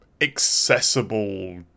accessible